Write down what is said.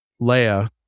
Leia